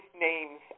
names